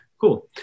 Cool